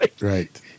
right